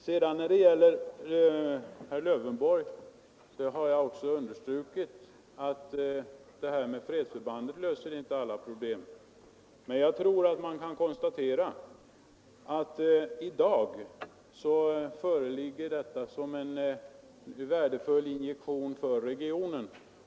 Sedan till herr Lövenborg: Jag har också understrukit att det här fredsförbandet inte löser alla problem, men jag tror att man kan konstatera att i dag utgör detta en värdefull injektion för regionen.